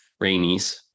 Rainies